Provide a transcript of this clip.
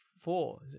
four